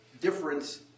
difference